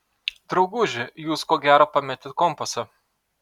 drauguži jūs ko gera pametėt kompasą